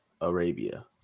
Arabia